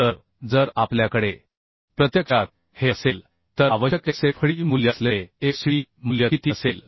तर जर आपल्याकडे प्रत्यक्षात हे असेल तर आवश्यक xfd मूल्य असलेले fcd मूल्य किती असेल